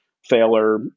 Failure